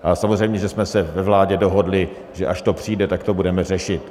A samozřejmě, že jsme se ve vládě dohodli, že až to přijde, tak to budeme řešit.